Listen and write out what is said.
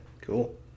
Cool